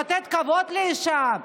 לתת כבוד לאישה.